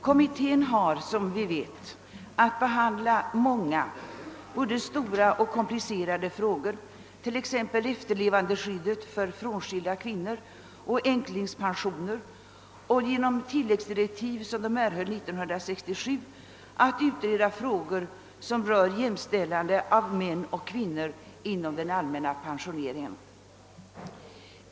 Kommittén har som vi vet att behandla många både stora och komplicerade frågor, t.ex. efterlevandeskyddet för frånskilda kvinnor, änklingspensioner och — genom tilläggsdirektiv som man erhöll 1967 — utredning av frågor som rör jämställande av män och kvinnor inom den allmänna pensioneringen.